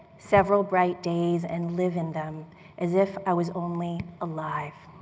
several bright days, and live in them as if i was only alive,